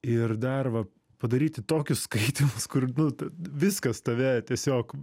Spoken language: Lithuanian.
ir dar va padaryti tokius skaitymus kur nu t viskas tave tiesiog